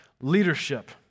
leadership